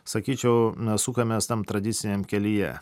sakyčiau sukamės tam tradiciniam kelyje